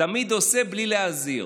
תמיד עושה בלי להזהיר.